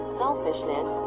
selfishness